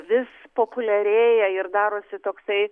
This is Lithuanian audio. vis populiarėja ir darosi toksai